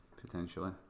potentially